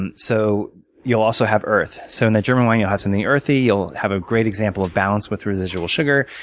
and so you'll also have earth. so in the german wine, you'll have something earthy. you'll have a great example of balance with residual sugar.